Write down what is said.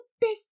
best